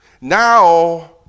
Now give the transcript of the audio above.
Now